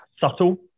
subtle